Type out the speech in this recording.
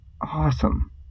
awesome